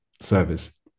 service